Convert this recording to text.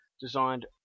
designed